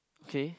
K